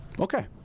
Okay